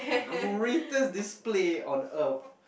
greatest display on earth